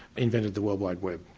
invented the worldwide web.